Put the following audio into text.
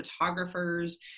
photographers